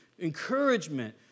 encouragement